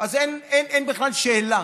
אז אין בכלל שאלה,